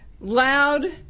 loud